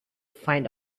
find